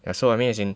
yeah so I mean as in